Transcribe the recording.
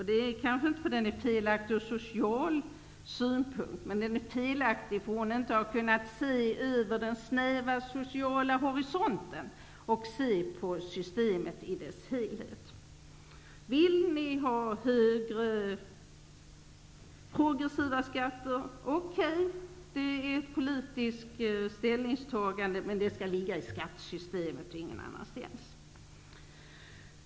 Den är kanske inte felaktig ur social synpunkt, men därför att man inte lyfter blicken över den snäva sociala horisonten och ser på systemet i dess helhet. Vill ni ha högre progressiva skatter -- okej, det är ett politiskt ställningstagande, men det skall ligga i skattesystemet och ingen annanstans.